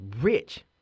rich